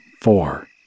Four